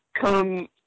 come